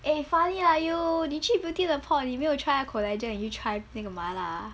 eh funny lah you 你去 beauty in a pot 你没有 try 它的 collagen 你去 try 那个麻辣 ah